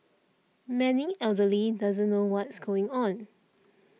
many elderly doesn't know what's going on